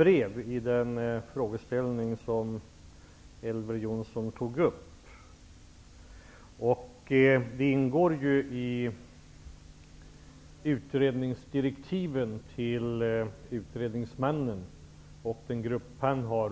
Herr talman! Jag får ganska många brev i den fråga som Elver Jonsson tog upp. Frågan ingår i utredningsdirektiven till utredningsmannen, och den grupp som han har